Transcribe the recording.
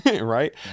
right